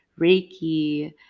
reiki